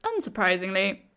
unsurprisingly